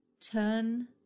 turn